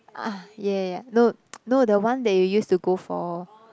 ah yeah yeah yeah no no the one that you used to go for